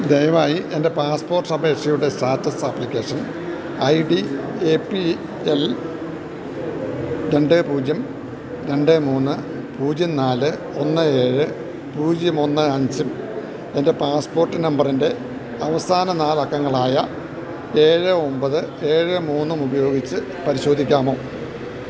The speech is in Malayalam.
ദയവായി എന്റെ പാസ്പോര്ട്ട് അപേക്ഷയുടെ status application I D A P L രണ്ട് പൂജ്യം രണ്ട് മൂന്ന് പൂജ്യം നാല് ഒന്ന് ഏഴ് പൂജ്യം ഒന്ന് അഞ്ചും എന്റെ പാസ്പോര്ട്ട് നമ്പറിന്റെ അവസാന നാലക്കങ്ങളായ ഏഴ് ഒമ്പത് ഏഴ് മൂന്നുമുപയോഗിച്ച് പരിശോധിക്കാമോ